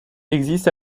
existe